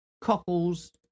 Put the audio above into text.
Cockles